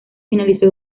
finalizó